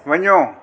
वञो